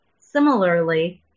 Similarly